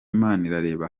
manirareba